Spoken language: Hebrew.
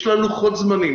יש לה לוחות זמנים,